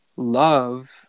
Love